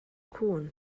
cŵn